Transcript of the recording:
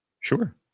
sure